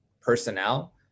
personnel